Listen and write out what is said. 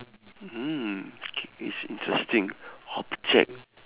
mm this is interesting object